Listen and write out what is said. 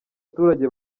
baturage